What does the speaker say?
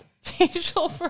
Facial